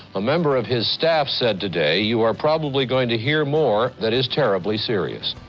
a member of his staff said today you are probably going to hear more that is terribly serious.